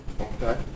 Okay